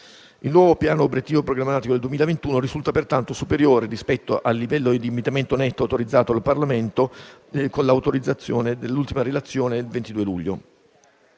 Il nuovo obiettivo programmatico del 2021 risulta pertanto superiore rispetto al livello di indebitamento netto autorizzato dal Parlamento con approvazione dell'ultima relazione del 22 luglio.